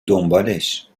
دنبالش